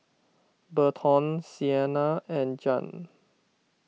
Berton Sienna and Jan